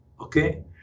Okay